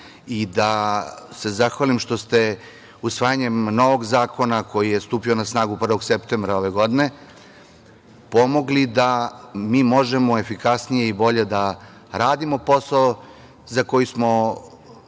i da se zahvalim što ste, usvajanjem novog zakona, koji je stupio na snagu 1. septembra ove godine, pomogli da mi možemo efikasnije i bolje da radimo posao za koji smo